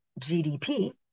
GDP